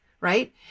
right